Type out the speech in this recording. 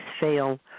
Fail